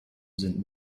sind